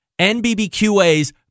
NBBQA's